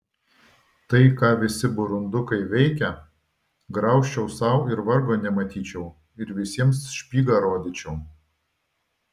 tai ką visi burundukai veikia graužčiau sau ir vargo nematyčiau ir visiems špygą rodyčiau